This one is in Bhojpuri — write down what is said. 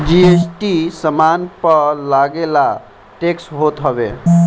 जी.एस.टी सामान पअ लगेवाला टेक्स होत हवे